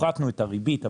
הפחתנו את הריבית,